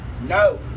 No